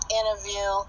interview